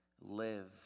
live